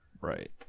Right